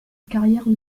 carrière